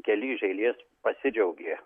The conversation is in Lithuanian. keli iš eilės pasidžiaugė